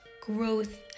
growth